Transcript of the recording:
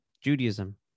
Judaism